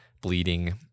bleeding